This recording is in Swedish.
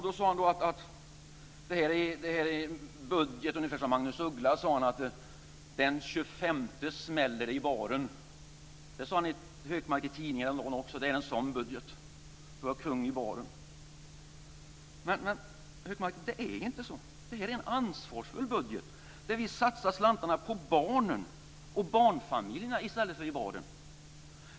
Då sade han att den här budgeten är ungefär som Magnus Uggla sjöng: Den 25 smäller det i baren. Det sade Hökmark i tidningarna också, att det är en budget som går ut på att vara kung i baren. Men, Hökmark, det är inte så. Det här är en ansvarsfull budget, där vi satsar slantarna på barnen och barnfamiljerna i stället för i baren.